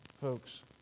Folks